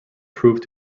proved